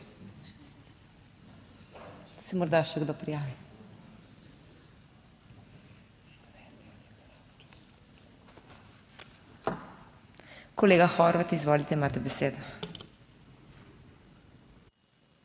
se morda še kdo prijavi. Kolega Horvat, izvolite, imate besedo.